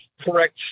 correct